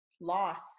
loss